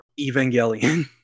Evangelion